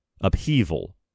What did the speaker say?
upheaval